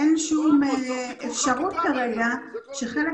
אין שום אפשרות כרגע שחלק